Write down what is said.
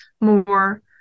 more